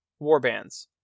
warbands